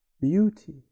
beauty